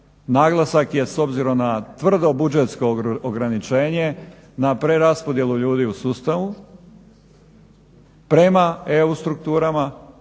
Naglasak je s obzirom na tvrdo budžetsko ograničenje, na preraspodjelu ljudi u sustavu. Prema EU strukturama,